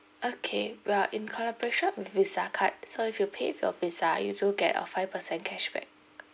okay we're in collaboration with visa card so if you pay with your visa you do get a five percent cashback